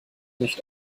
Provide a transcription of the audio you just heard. nicht